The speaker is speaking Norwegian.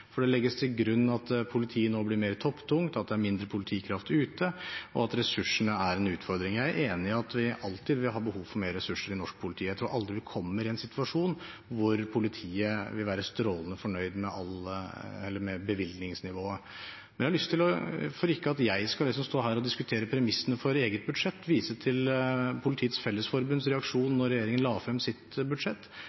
for det legges til grunn at politiet nå blir mer topptungt, at det er mindre politikraft ute, og at ressursene er en utfordring. Jeg er enig i at vi alltid vil ha behov for mer ressurser i norsk politi. Jeg tror aldri vi kommer i en situasjon hvor politiet vil være strålende fornøyd med bevilgningsnivået. Jeg har lyst til, for at ikke jeg skal stå her og diskutere premissene for eget budsjett, å vise til Politiets